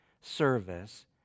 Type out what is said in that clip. service